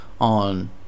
on